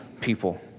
people